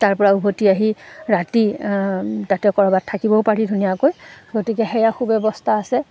তাৰপৰা উভতি আহি ৰাতি তাতে ক'ৰবাত থাকিবও পাৰি ধুনীয়াকৈ গতিকে সেয়া সু ব্যৱস্থা আছে